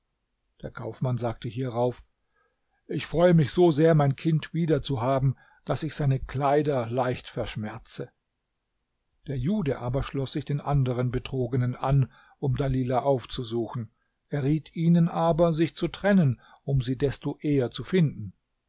der kaufmann sagte hierauf ich freue mich so sehr mein kind wieder zu haben daß ich seine kleider leicht verschmerze der jude aber schloß sich den anderen betrogenen an um dalilah aufzusuchen er riet ihnen aber sich zu trennen um sie desto eher zu finden